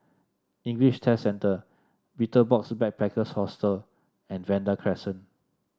English Test Centre Betel Box Backpackers Hostel and Vanda Crescent